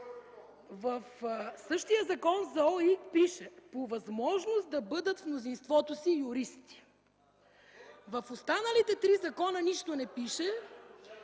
В същия Закон за ОИК пише: „По възможност да бъдат в мнозинството си юристи”. В останалите три закона нищо не пише.